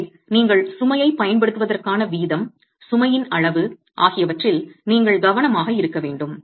எனவே நீங்கள் சுமையைப் பயன்படுத்துவதற்கான வீதம் சுமையின் அளவு ஆகியவற்றில் நீங்கள் கவனமாக இருக்க வேண்டும்